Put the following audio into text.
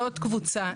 זאת קבוצה,